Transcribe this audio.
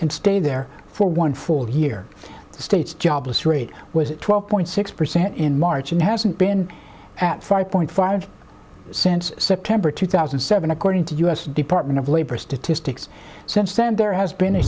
and stay there for one full year states jobless rate was twelve point six percent in march and hasn't been at five point five cents september two thousand and seven according to u s department of labor statistics since then there has been a